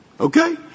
Okay